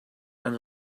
ens